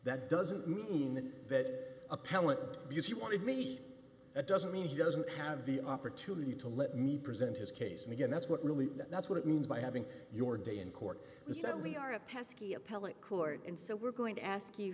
that doesn't mean that appellant because he wanted me it doesn't mean he doesn't have the opportunity to let me present his case and again that's what really that's what it means by having your day in court is that we are a pesky appellate court and so we're going to ask you